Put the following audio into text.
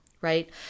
right